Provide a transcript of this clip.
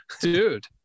dude